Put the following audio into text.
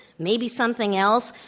maybe something else.